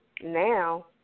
now